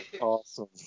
awesome